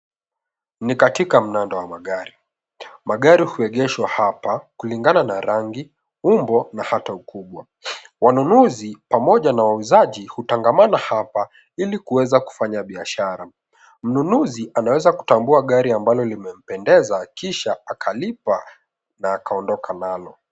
Ni katika mnanda wa magari. Magari huegeshwa hapa kulingana na rangi, umbo na hata ukubwa. Wanunuzi pamoja na wauzaji hutangamana hapa ili kuweza kufanya biashara. Mnunuzi anaweza kutambua gari ambalo limempendeza kisha akilipa na akaondoka nalo.